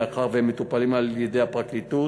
מאחר שהם מטופלים על-ידי הפרקליטות,